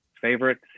favorite